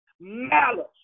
malice